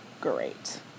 great